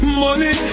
money